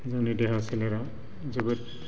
जोंनि देहा सोलेरा जोबोद